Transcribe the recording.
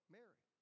Mary